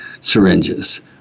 syringes